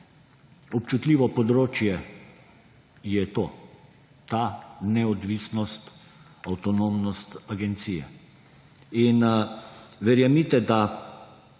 občutljivo področje je to, ta neodvisnost, avtonomnost agencije, in verjemite, da